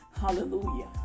Hallelujah